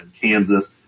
Kansas